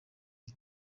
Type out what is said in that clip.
iyi